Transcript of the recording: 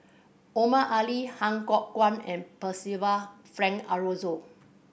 Omar Ali Han Fook Kwang and Percival Frank Aroozoo